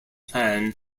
plan